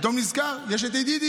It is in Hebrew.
פתאום נזכר, יש את ידידים.